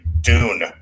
Dune